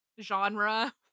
genre